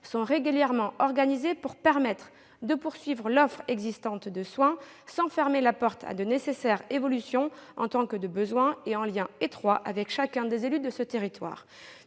sont régulièrement organisées en vue de poursuivre l'offre de soins existante, sans fermer la porte à de nécessaires évolutions en tant que de besoin et en liaison étroite avec chacun des élus de ce territoire.